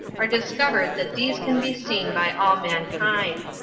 are discovered that these can be seen by all mankind.